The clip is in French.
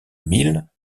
milles